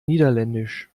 niederländisch